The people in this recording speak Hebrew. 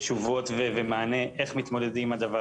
תשובות ומענה לאיך להתמודד עם הדבר